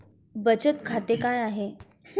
बचत खाते काय आहे?